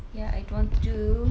ya I don't want to do